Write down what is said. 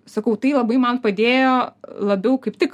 sakau tai labai man padėjo labiau kaip tik